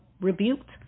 rebuked